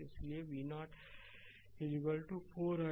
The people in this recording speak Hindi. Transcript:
इसलिए v0 4 i2